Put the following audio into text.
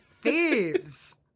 thieves